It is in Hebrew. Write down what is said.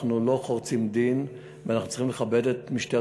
אנחנו לא חורצים דין ואנחנו צריכים לכבד את משטרת